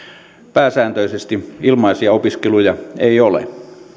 pääsääntöisesti ilmaisia opiskeluja ei ole